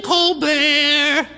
Colbert